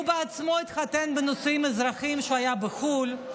והוא בעצמו התחתן בנישואים אזרחיים כשהיה בחו"ל.